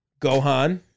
Gohan